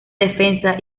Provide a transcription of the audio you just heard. defensa